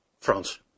France